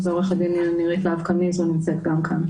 ועוה"ד נירית להב קניזו נמצאת גם כאן.